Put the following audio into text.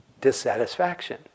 dissatisfaction